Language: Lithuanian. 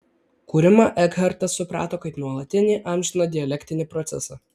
kūrimą ekhartas suprato kaip nuolatinį amžiną dialektinį procesą